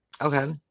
Okay